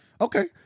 Okay